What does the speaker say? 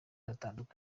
batandukanye